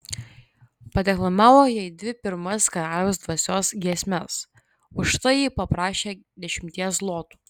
padeklamavo jai dvi pirmas karaliaus dvasios giesmes už tai ji paprašė dešimties zlotų